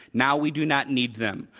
now we do not need them.